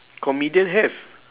comedian have